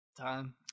time